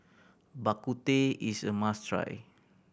Bak Kut Teh is a must try